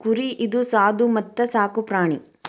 ಕುರಿ ಇದು ಸಾದು ಮತ್ತ ಸಾಕು ಪ್ರಾಣಿ